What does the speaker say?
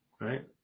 right